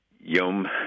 Yom